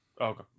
Okay